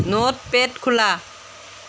Notepad খোলা